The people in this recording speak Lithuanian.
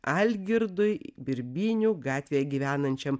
algirdui birbynių gatvėje gyvenančiam